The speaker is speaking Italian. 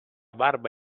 barba